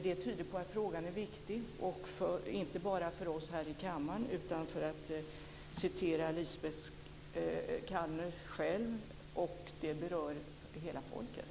Det tyder på att frågan är viktig, inte bara för oss här i kammaren utan, för att citera Lisbet Calner själv, därför att det berör hela folket.